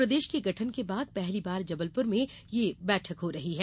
प्रदेश के गठन के बाद पहली बार जबलपुर में यह बैठक हो रही है